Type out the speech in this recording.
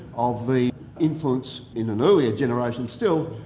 of the influence in an earlier generation still,